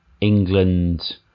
England